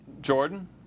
Jordan